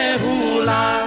hula